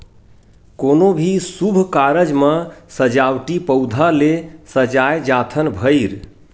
कोनो भी सुभ कारज म सजावटी पउधा ले सजाए जाथन भइर